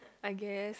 I guess